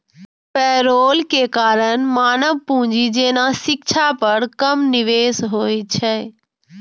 payroll के कारण मानव पूंजी जेना शिक्षा पर कम निवेश होइ छै